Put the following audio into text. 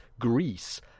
Greece